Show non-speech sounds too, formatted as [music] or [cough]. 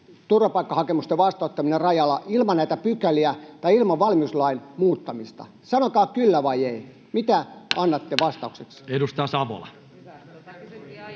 turvapaikkahakemusten vastaanottaminen rajalla ilman näitä pykäliä tai ilman valmiuslain muuttamista? Sanokaa kyllä vai ei. [noise] Mitä annatte vastaukseksi? Edustaja Savola.